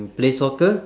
play soccer